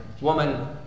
Woman